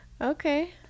Okay